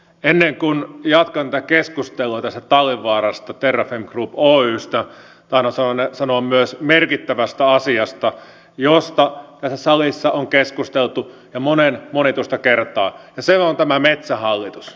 ennen kuin jatkan tätä keskustelua talvivaarasta ja terrafame group oystä tahdon sanoa myös merkittävästä asiasta josta tässä salissa on keskusteltu jo monen monituista kertaa ja se on tämä metsähallitus